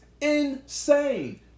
insane